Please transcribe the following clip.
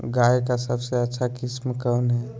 गाय का सबसे अच्छा किस्म कौन हैं?